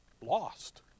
Lost